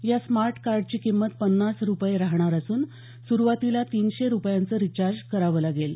या स्मार्ट कार्डची किंमत पन्नास रुपये राहणार असून सुरुवातीला तीनशे रुपयांचं रिचार्ज करावं लागेल